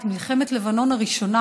את מלחמת לבנון הראשונה,